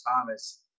Thomas